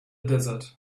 desert